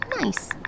nice